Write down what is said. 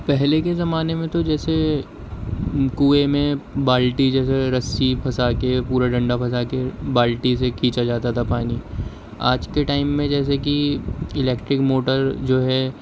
پہلے کے زمانے میں تو جیسے کنویں میں بالٹی جیسے رسی پھنسا کے پورا ڈنڈا پھنسا کے بالٹی سے کھینچا جاتا تھا پانی آج کے ٹائم میں جیسے کہ الیکٹرک موٹر جو ہے